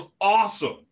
awesome